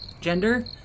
gender